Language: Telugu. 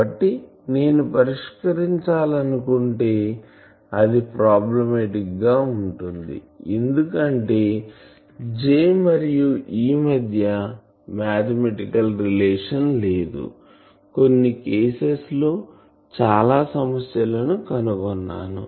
కాబట్టి నేను పరిష్కరించాలనుకుంటే అది ప్రోబ్లిమాటిక్ గా ఉంటుంది ఎందుకంటే J మరియు E మధ్య మాథమటికల్ రిలేషన్ లేదు కొన్ని కేసెస్ లో చాలా సమస్య లను కనుగొన్నాను